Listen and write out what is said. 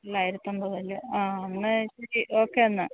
തൊള്ളായിരത്തി അമ്പത് അല്ലെ അ എന്നാ ഓക്കെ എന്നാ